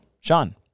Sean